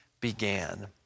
began